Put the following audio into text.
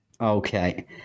Okay